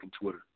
Twitter